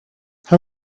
how